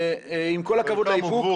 עם כל הכבוד לאיפוק,